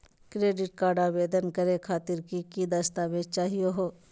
Credit card आवेदन करे खातिर की की दस्तावेज चाहीयो हो?